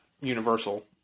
universal